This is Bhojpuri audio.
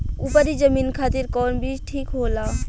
उपरी जमीन खातिर कौन बीज ठीक होला?